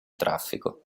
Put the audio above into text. traffico